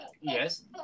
Yes